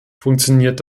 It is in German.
funktioniert